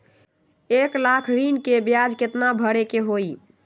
एक लाख ऋन के ब्याज केतना भरे के होई?